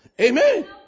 Amen